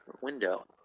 window